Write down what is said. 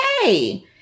Hey